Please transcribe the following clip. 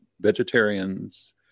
vegetarians